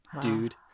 dude